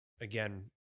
again